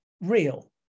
real